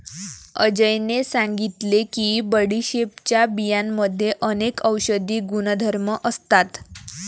अजयने सांगितले की बडीशेपच्या बियांमध्ये अनेक औषधी गुणधर्म असतात